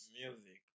music